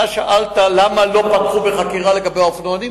אתה שאלת למה לא פתחו בחקירה לגבי האופנוענים,